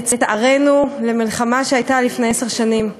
לצערנו, עשר שנים למלחמה.